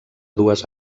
dues